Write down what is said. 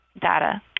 data